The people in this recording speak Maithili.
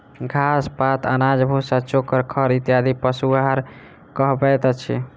घास, पात, अनाज, भुस्सा, चोकर, खड़ इत्यादि पशु आहार कहबैत अछि